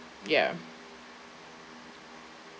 ya